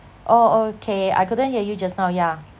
oh okay I couldn't hear you just now yeah